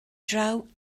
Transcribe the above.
draw